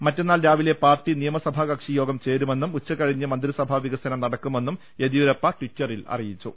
മറ്റന്നാൾ രാവിലെ പാർട്ടി നിയമസഭാകക്ഷി യോഗം ചേരുമെന്നും ഉച്ചകഴിഞ്ഞ് മന്ത്രിസഭാ വികസനം നടക്കുമെന്നും യെദ്യൂരപ്പ ട്വിറ്ററിൽ അറിയിച്ചു